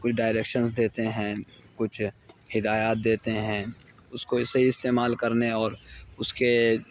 کچھ ڈاریکشنز دیتے ہیں کچھ ہدایات دیتے ہیں اس کو اس سے استعمال کرنے اور اس کے